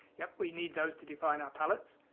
yeah we need those to define our palettes.